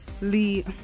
Lee